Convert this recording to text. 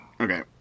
Okay